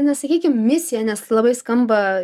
nesakykime misija nes labai skamba